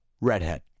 redhead